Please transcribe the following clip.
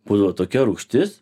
būdavo tokia rūgštis